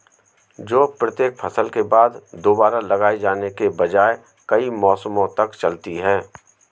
जो प्रत्येक फसल के बाद दोबारा लगाए जाने के बजाय कई मौसमों तक चलती है